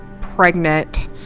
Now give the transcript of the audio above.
pregnant